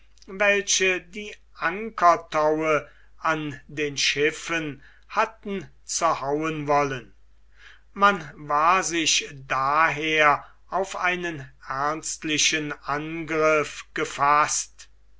welche die ankertaue an den schiffen hatten zerhauen wollen man war sich daher auf einen ernstlichen angriff gefaßt